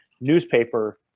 newspaper